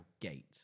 gate